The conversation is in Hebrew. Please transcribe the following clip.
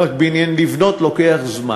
אבל לבנות לוקח זמן.